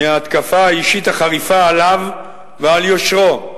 מההתקפה האישית החריפה עליו ועל יושרו,